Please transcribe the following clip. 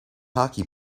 hockey